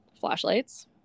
flashlights